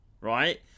right